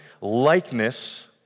likeness